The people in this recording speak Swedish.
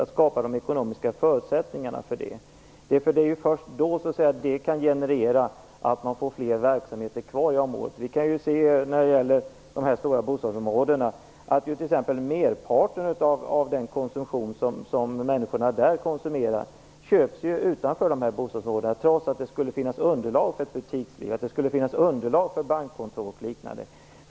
Det är först då man kan få fler verksamheter kvar i området. När det gäller de stora bostadsområdena kan vi se att merparten av det människorna där konsumerar köps utanför dessa bostadsområden, trots att det skulle finnas underlag för ett butiksliv, för bankkontor, och liknande.